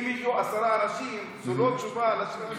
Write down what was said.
אם הגיעו עשרה אנשים, זאת לא תשובה על השאלה שלי.